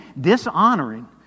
Dishonoring